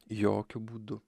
jokiu būdu